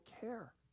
care